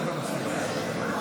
בחירות שיש להן השפעה,